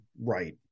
right